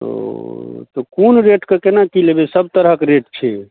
ओ तऽ कोन रेटके कोना कि लेबै सब तरहके रेट छै ओ